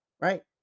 right